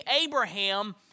Abraham